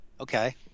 Okay